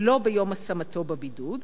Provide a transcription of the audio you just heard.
ולא ביום השמתו בבידוד,